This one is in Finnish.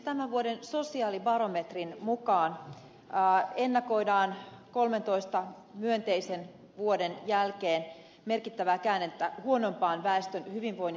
tämän vuoden sosiaalibarometrin mukaan ennakoidaan kolmentoista myönteisen vuoden jälkeen merkittävää käännettä huonompaan väestön hyvinvoinnissa